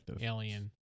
alien